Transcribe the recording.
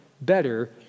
better